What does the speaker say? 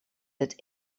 het